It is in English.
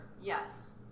yes